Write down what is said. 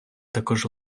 також